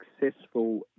successful